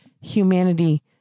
humanity